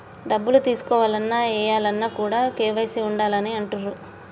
డబ్బులు తీసుకోవాలన్న, ఏయాలన్న కూడా కేవైసీ ఉండాలి అని అంటుంటరు